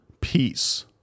peace